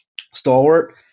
Stalwart